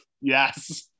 Yes